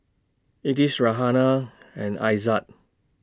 Idris Raihana and Aizat